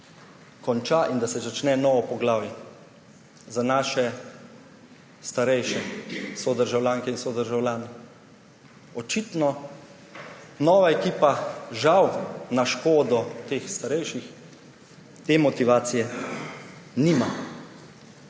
konča in da se začne novo poglavje za naše starejše sodržavljanke in sodržavljane. Očitno nova ekipa žal na škodo teh starejših te motivacije nima.